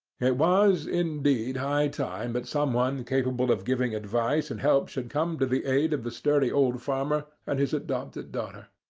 it was, indeed, high time that but someone capable of giving advice and help should come to the aid of the sturdy old farmer and his adopted daughter.